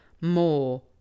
more